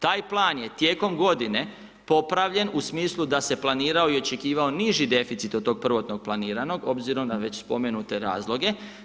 Taj plan je tijekom godine popravljen u smislu da se planirao i očekivao niži deficit od tog prvotnog planiranog obzirom na već spomenute razloge.